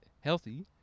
healthy